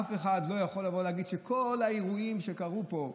אף אחד לא יכול להגיד שכל האירועים שקרו פה,